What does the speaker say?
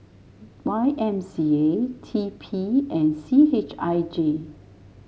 Y M C A T P and C H I J